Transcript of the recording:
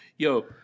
Yo